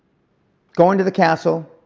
going to the castle,